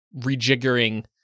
rejiggering